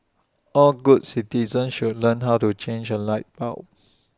all good citizens should learn how to change A light bulb